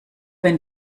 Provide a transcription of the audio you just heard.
wenn